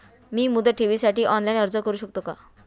मी मुदत ठेवीसाठी ऑनलाइन अर्ज करू शकतो का?